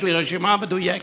יש לי רשימה מדויקת,